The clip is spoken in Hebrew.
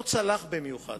אני מאמין